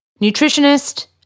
nutritionist